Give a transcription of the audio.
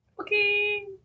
Okay